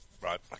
Right